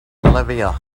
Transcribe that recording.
olivia